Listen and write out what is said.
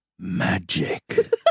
Magic